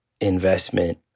investment